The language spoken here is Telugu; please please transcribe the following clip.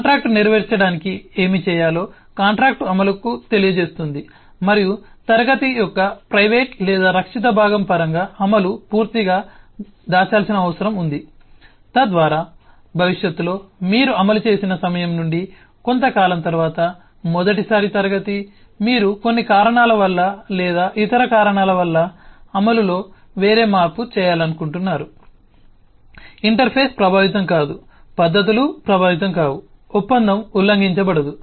కాంట్రాక్టు నెరవేర్చడానికి ఏమి చేయాలో కాంట్రాక్ట్ అమలుకు తెలియజేస్తుంది మరియు క్లాస్ యొక్క ప్రైవేట్ లేదా రక్షిత భాగం పరంగా అమలు పూర్తిగా దాచాల్సిన అవసరం ఉంది తద్వారా భవిష్యత్తులో మీరు అమలు చేసిన సమయం నుండి కొంతకాలం తర్వాత మొదటిసారి క్లాస్ మీరు కొన్ని కారణాల వల్ల లేదా ఇతర కారణాల వల్ల అమలులో వేరే మార్పు చేయాలనుకుంటున్నారు ఇంటర్ఫేస్ ప్రభావితం కాదు పద్ధతులు ప్రభావితం కావు ఒప్పందం ఉల్లంఘించబడదు